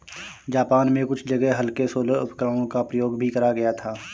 Japan में कुछ जगह हल्के सोलर उपकरणों का प्रयोग भी करा गया था